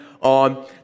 on